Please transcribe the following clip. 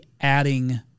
adding